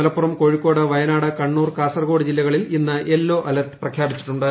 മലപ്പുറം കോഴിക്കോട് വയനാട് കണ്ണൂർ കാസർഗോഡ് ജില്ലകളിൽ ഇന്ന് yellow alert പ്രഖ്യാപിച്ചിട്ടുണ്ട്